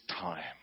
time